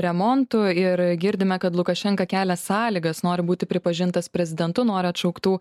remontu ir girdime kad lukašenka kelia sąlygas nori būti pripažintas prezidentu nori atšauktų